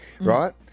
right